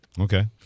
Okay